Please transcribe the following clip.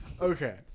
okay